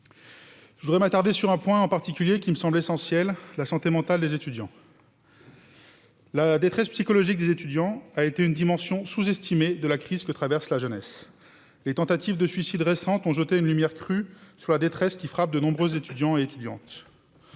ma part, je m'attarderai sur un point particulier qui me semble essentiel : la santé mentale des étudiants. La détresse psychologique des étudiants a été une dimension sous-estimée de la crise que traverse la jeunesse. De récentes tentatives de suicide ont jeté une lumière crue sur la détresse qui frappe de nombreux étudiants et étudiantes.